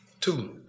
two